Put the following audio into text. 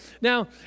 Now